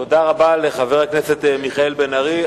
תודה רבה לחבר הכנסת מיכאל בן-ארי.